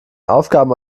aufgaben